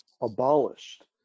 abolished